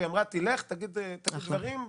היא ביקשה שאלך ואגיד את הדברים.